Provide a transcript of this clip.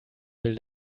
will